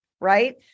right